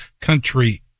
country